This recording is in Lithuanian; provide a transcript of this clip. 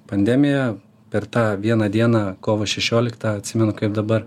pandemija per tą vieną dieną kovo šešioliktą atsimenu kaip dabar